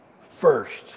first